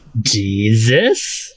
Jesus